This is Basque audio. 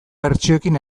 bertsioekin